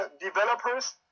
developers